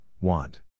want